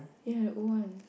ya the old one